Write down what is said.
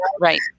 Right